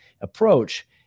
approach